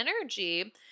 energy